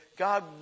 God